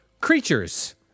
creatures